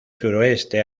suroeste